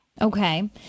Okay